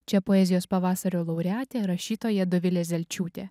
čia poezijos pavasario laureatė rašytoja dovilė zelčiūtė